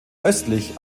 östlich